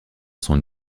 son